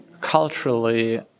culturally